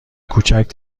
کوچک